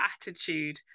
attitude